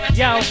yo